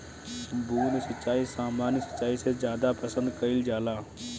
बूंद सिंचाई सामान्य सिंचाई से ज्यादा पसंद कईल जाला